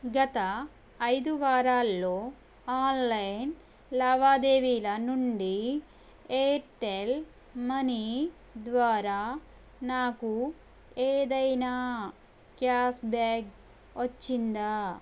గత ఐదు వారాల్లో ఆన్లైన్ లావాదేవీల నుండి ఎయిర్టెల్ మనీ ద్వారా నాకు ఏదైనా క్యాష్ బ్యాక్ వచ్చిందా